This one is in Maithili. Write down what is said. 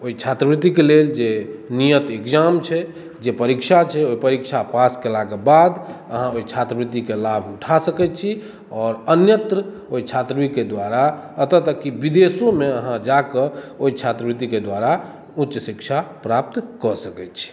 ओहि छात्रवृत्ति के लेल जे नियत एक्जाम छै जे परीक्षा छै ओ परीक्षा पास केला के बाद अहाँ ओहि छात्रवृत्ति के लाभ उठा सकै छी आओर अन्यत्र ओहि छात्रवृतिके द्वारा एतऽ तक कि बिदेशोमे अहाँ जाकऽ ओहि छात्रवृत्ति के द्वारा उच्च शिक्षा प्राप्त कऽ सकै छी